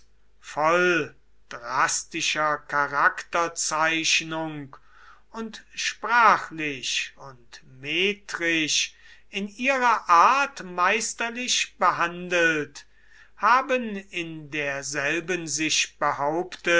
voll drastischer charakterzeichnung und sprachlich und metrisch in ihrer art meisterlich behandelt haben in derselben sich behauptet